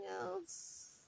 else